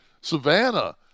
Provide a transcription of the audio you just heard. Savannah